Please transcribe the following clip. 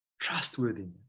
trustworthiness